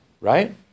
right